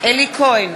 אלי כהן,